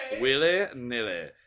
Willy-nilly